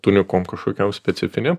tunikom kažkokiom specifinėm